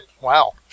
Wow